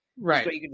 Right